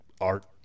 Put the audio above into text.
art